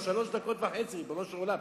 הנה, רק עוד שלוש דקות וחצי, ריבונו של עולם.